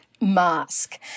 mask